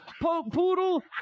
poodle